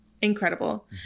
incredible